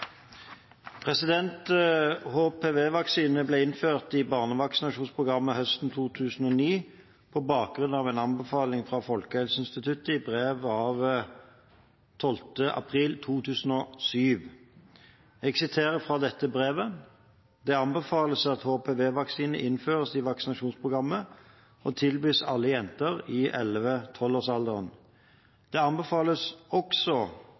ble innført i barnevaksinasjonsprogrammet høsten 2009, på bakgrunn av en anbefaling fra Folkehelseinstituttet i brev av 12. april 2007. Jeg siterer fra dette brevet: «Det anbefales at HPV-vaksinen innføres i vaksinasjonsprogrammet og tilbys alle jenter i 11 – 12 års alder. Det anbefales også